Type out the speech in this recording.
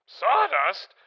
sawdust